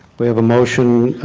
we have a motion